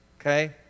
okay